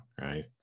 right